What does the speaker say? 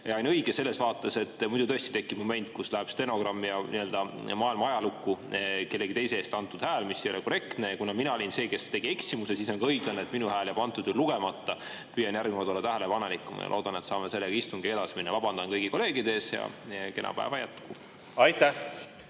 ja ainuõige selles vaates, et muidu tõesti tekib moment, kus läheb stenogrammi ja maailma ajalukku kellegi teise eest antud hääl, mis ei ole korrektne. Kuna mina olin see, kes tegi eksimuse, siis on õiglane, et minu hääl jääb antud juhul lugemata. Püüan järgmine kord olla tähelepanelikum ja loodan, et saame selle istungiga edasi minna. Vabandan kõigi kolleegide ees ja kena päeva jätku! Aitäh!